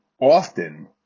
often